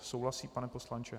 Souhlasí, pane poslanče?